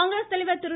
காங்கிரஸ் தலைவர் திரு